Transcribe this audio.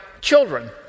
children